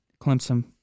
Clemson